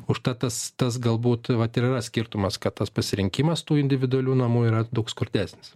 užtat tas tas galbūt vat ir yra skirtumas kad tas pasirinkimas tų individualių namų yra daug skurdesnis